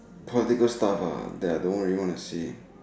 political staff that I don't really want to say